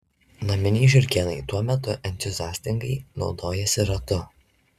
naminiai žiurkėnai tuo metu entuziastingai naudojasi ratu